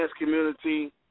community